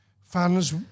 fans